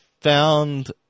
found